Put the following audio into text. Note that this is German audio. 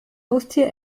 haustier